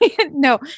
No